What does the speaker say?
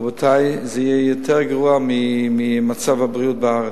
רבותי, זה יהיה יותר גרוע ממצב הבריאות בארץ.